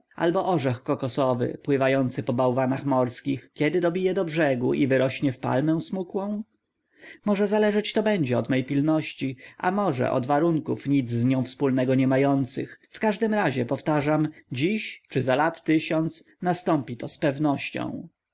albo orzech kokosowy pływający po bałwanach morskich kiedy dobije do brzegu i wyrośnie w palmę smukłą może zależeć to będzie od mej pilności a może od warunków nic z nią wspólnego nie mających w każdym razie powtarzam dziś czy za lat tysiąc nastąpi to z pewnością